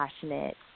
passionate